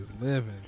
living